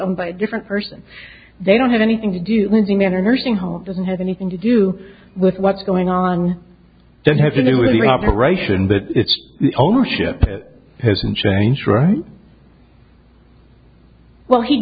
owned by a different person they don't have anything to do with the man or nursing home doesn't have anything to do with what's going on don't have to do with the operation that it's ownership it hasn't changed right well he